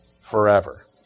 Forever